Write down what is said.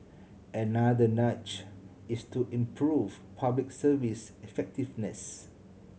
another nudge is to improve Public Service effectiveness